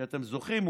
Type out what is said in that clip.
ואתם זוכרים,